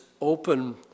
open